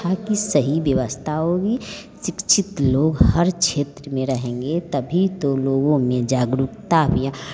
शिक्षा की सही व्यवस्था होगी शिक्षित लोग हर क्षेत्र में रहेंगे तभी तो लोगों में जागरूकता भी